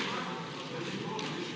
Hvala